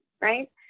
right